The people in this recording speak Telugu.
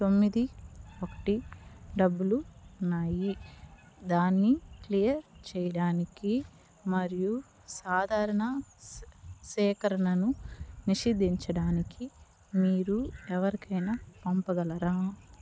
తొమ్మిది ఒకటి డబ్బాలు ఉన్నాయి దాన్ని క్లియర్ చెయ్యడానికి మరియు సాధారణ సే సేకరణను నిషేధించడానికి మీరు ఎవరినైనా పంపగలరా